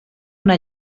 una